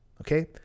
okay